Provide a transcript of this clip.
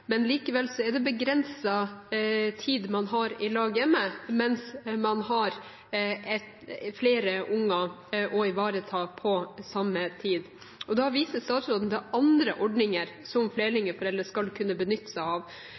Men likevel er det begrenset tid man har i lag hjemme mens man har flere barn å ivareta på samme tid. Statsråden viser til andre ordninger som flerlingforeldre skal kunne benytte seg av.